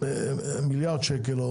מיליארד שקל,